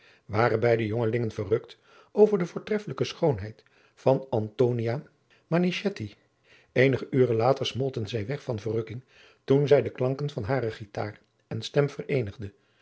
waren beide jongelingen verrukt over de voortreffelijke schoonheid van antonia manichetti eenige uren later smolten zij weg van verrukking toen zij de klanken van hare guitar en stem vereenigde